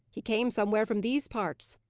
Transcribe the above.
he came somewhere from these parts.